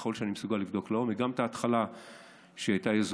ככל שאני מסוגל לבדוק לעומק,